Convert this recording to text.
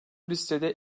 listede